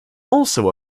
also